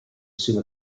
summa